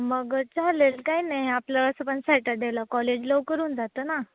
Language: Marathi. मगं चालेल काय नाही आपलं असं पण सॅटरडेला कॉलेज लवकर होऊन जातं ना